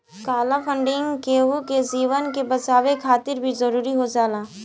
काल funding केहु के जीवन के बचावे खातिर भी जरुरी हो जाला